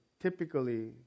typically